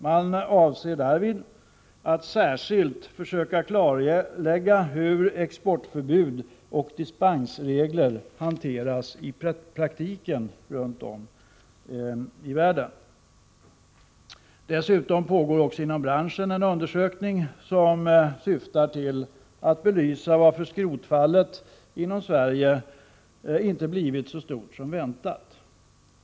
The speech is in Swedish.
Man avser därvid att särskilt försöka klarlägga hur exportförbud och dispensregler hanteras i praktiken runt om i världen. Dessutom pågår också inom branschen en undersökning som syftar till att belysa varför skrotfallet inom Sverige inte blivit så stort som väntat.